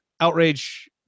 Outrage